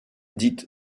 dite